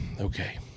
Okay